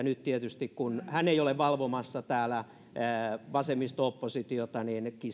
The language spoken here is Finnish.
nyt tietysti kun hän ei ole valvomassa täällä vasemmisto oppositiota